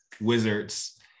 wizards